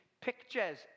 pictures